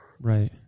Right